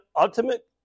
ultimate